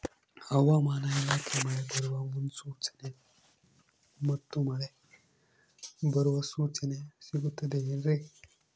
ಹವಮಾನ ಇಲಾಖೆ ಮಳೆ ಬರುವ ಮುನ್ಸೂಚನೆ ಮತ್ತು ಮಳೆ ಬರುವ ಸೂಚನೆ ಸಿಗುತ್ತದೆ ಏನ್ರಿ?